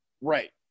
Right